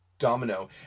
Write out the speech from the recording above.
domino